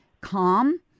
calm